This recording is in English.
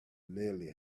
nearly